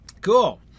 cool